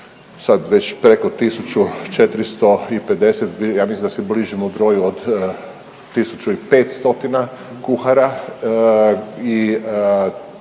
sad već preko 1450, ja mislim da se bližimo broju od 1500 kuhara